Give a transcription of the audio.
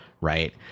right